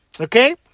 Okay